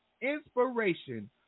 inspiration